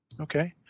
Okay